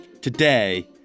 Today